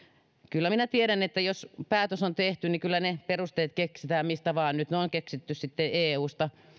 kyllä minä tiedän että jos päätös on tehty niin ne perusteet keksitään mistä vain nyt ne on keksitty sitten eusta